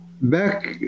back